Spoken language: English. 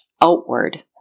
outward